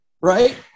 right